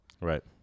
Right